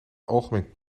algemeen